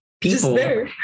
people